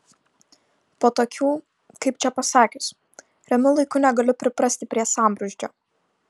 po tokių kaip čia pasakius ramių laikų negaliu priprasti prie sambrūzdžio